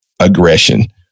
aggression